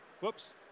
Whoops